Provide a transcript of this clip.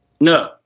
No